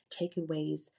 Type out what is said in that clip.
takeaways